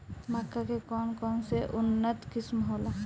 मक्का के कौन कौनसे उन्नत किस्म होला?